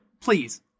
please